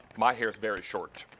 my hair is very short.